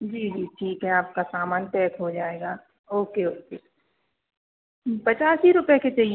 जी जी ठीक है आपका सामान पैक हो जाएगा ओके ओके पचास ही रुपये के चहि